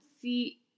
see